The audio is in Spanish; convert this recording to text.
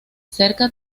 cerca